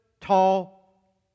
tall